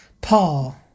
Paul